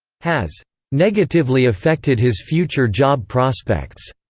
has negatively affected his future job prospects.